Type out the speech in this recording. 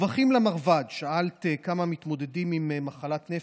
שאלת כמה מתמודדים עם מחלת נפש,